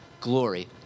glory